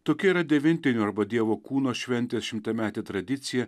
tokia yra devintinių arba dievo kūno šventės šimtametė tradicija